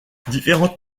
différentes